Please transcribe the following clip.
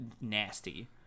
nasty